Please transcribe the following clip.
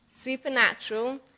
supernatural